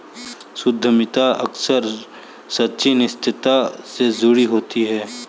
उद्यमिता अक्सर सच्ची अनिश्चितता से जुड़ी होती है